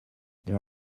there